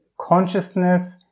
consciousness